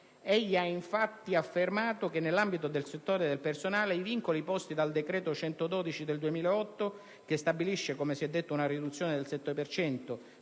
Egli ha, infatti, affermato che, nell'ambito del settore del personale, i vincoli posti dal decreto-legge n. 112 del 2008, che stabilisce - come si è detto - una riduzione del 7